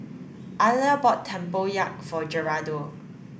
Aliya bought Tempoyak for Gerardo